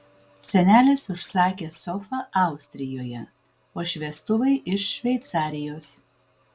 senelis užsakė sofą austrijoje o šviestuvai iš šveicarijos